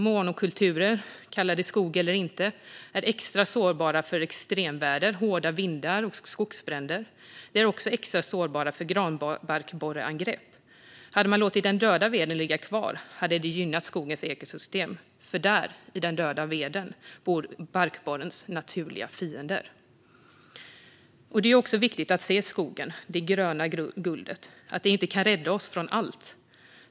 Monokulturer, kalla det skog eller inte, är extra sårbara för extremväder, hårda vindar och skogsbränder. De är också extra sårbara för granbarkborreangrepp. Hade man låtit den döda veden ligga hade det gynnat skogens ekosystem, för i den döda veden bor barkborrens naturliga fiender. Det är också viktigt att se att skogen, det gröna guldet, inte kan rädda oss från allt.